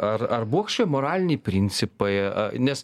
ar ar buvo kažkokie moraliniai principai nes